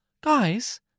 guys